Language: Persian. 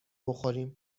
بخوریم